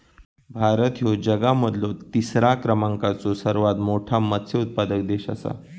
भारत ह्यो जगा मधलो तिसरा क्रमांकाचो सर्वात मोठा मत्स्य उत्पादक देश आसा